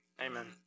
amen